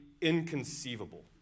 inconceivable